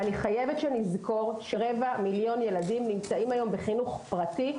ואני חייבת שנזכור שרבע מיליון ילדים נמצאים היום בחינוך פרטי,